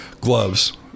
gloves